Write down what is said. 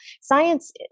Science